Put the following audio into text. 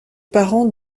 parents